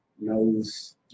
knows